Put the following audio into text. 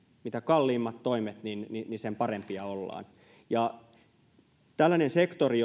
mitä kalliimmat toimet sen parempia ollaan tällainen sektori